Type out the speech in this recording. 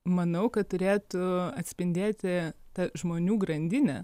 manau kad turėtų atspindėti tą žmonių grandinę